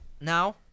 now